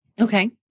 Okay